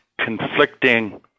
conflicting